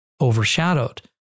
overshadowed